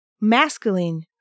masculine